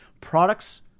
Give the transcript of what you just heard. products